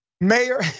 Mayor